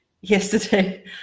Yesterday